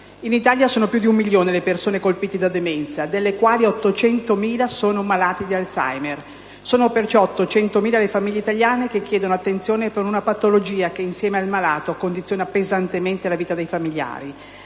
In Italia sono più di un milione le persone colpite dalla demenza, delle quali 800.000 sono malate di Alzheimer. Sono perciò 800.000 le famiglie italiane che chiedono attenzione per una patologia che, insieme al malato, condiziona pesantemente la vita dei familiari.